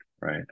right